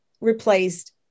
replaced